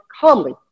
calmly